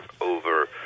over